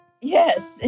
Yes